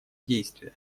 действия